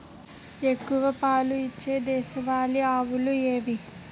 ఎక్కువ పాలు ఇచ్చే దేశవాళీ ఆవులు ఏవి?